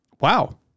wow